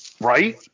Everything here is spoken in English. right